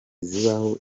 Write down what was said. zibaho